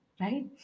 right